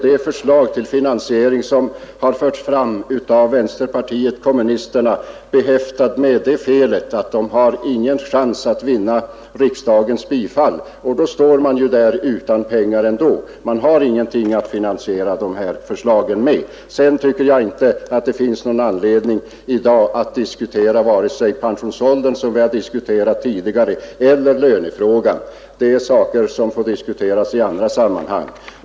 Det förslag till finansiering som förts fram av vänsterpartiet kommunisterna är behäftat med det felet att det inte har någon chans att vinna riksdagens bifall, och då står man ju där utan pengar ändå. Man har ingenting att finansiera detta förslag med. Jag tycker inte att det i dag finns någon anledning att diskutera vare sig pensionsåldern, som vi debatterat tidigare, eller lönefrågan. Det är saker som får diskuteras i andra sammanhang.